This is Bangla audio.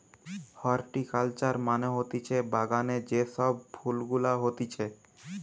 হরটিকালচার মানে হতিছে বাগানে যে সব ফুল গুলা হতিছে